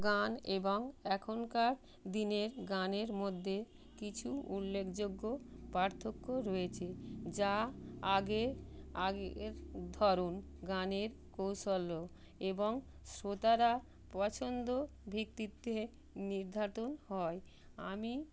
গান এবং এখনকার দিনের গানের মধ্যে কিছু উল্লেখযোগ্য পার্থক্য রয়েছে যা আগে আগের ধরুন গানের কৌশলও এবং শ্রোতারা পছন্দ ভিত্তিতে নির্ধারণ হয় আমি